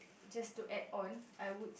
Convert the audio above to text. just to add on I would